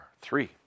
Three